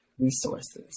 resources